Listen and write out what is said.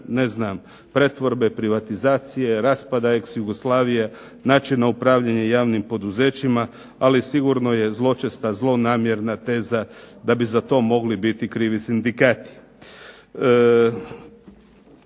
pretvorbe, privatizacije, raspada ex Jugoslavije, načina upravljanja javnim poduzećima. Ali sigurno je zločesta zlonamjerna teza da bi za to mogli biti krivi sindikati.